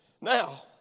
Now